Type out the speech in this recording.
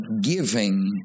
giving